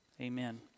amen